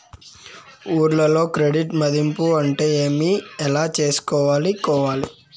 ఊర్లలో క్రెడిట్ మధింపు అంటే ఏమి? ఎలా చేసుకోవాలి కోవాలి?